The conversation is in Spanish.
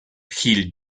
gil